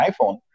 iphone